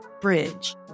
bridge